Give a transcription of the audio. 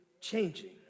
changing